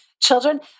children